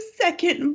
second